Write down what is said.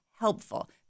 helpful